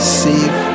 safe